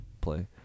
play